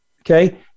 okay